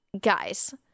Guys